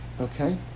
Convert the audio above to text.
Okay